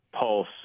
pulse